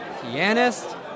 pianist